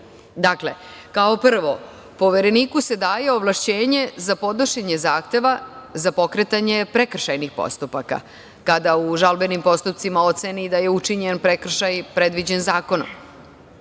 Dakle, kao prvo, Povereniku se daje ovlašćenje za podnošenje zahteva za pokretanje prekršajnih postupaka kada u žalbenim postupcima oceni da je učinjen prekršaj predviđen zakonom.